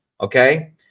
okay